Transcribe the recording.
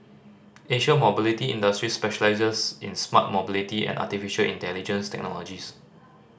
Asia Mobility Industries specialises in smart mobility and artificial intelligence technologies